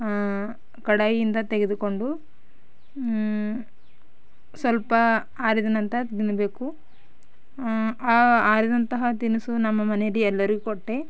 ಆಂ ಕಡಾಯಿಯಿಂದ ತೆಗೆದುಕೊಂಡು ಸ್ವಲ್ಪ ಆರಿದ ನಂತರ ತಿನ್ನಬೇಕು ಆ ಆರಿದಂತಹ ತಿನಿಸು ನಮ್ಮ ಮನೆಯಲ್ಲಿ ಎಲ್ಲರಿಗೆ ಕೊಟ್ಟೆ